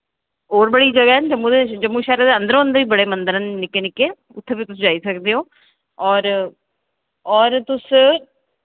होर बड़ियां ज'गां न जम्मू शैह्रा दे अंदरो अंदर ही बड़े मंदर न निक्के निक्के उत्थै बी तुस जाई सकदे ओ और और तुस